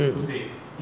mm